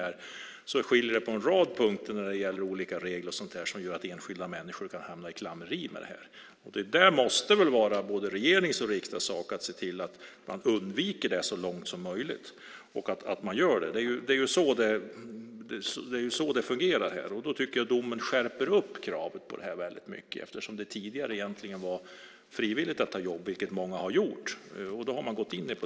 Det skiljer sig på en rad punkter när det gäller olika regler som gör att enskilda människor kan hamna i klammeri, och det måste väl vara både regeringens och riksdagens sak att se till att man undviker det så långt som möjligt. Det är så det fungerar, och jag tycker att domen skärper kravet väldigt mycket eftersom det tidigare egentligen var frivilligt att ta jobb, vilket många i och för sig har gjort.